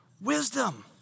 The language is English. Wisdom